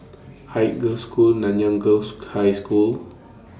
Haig Girls' School Nanyang Girls' High School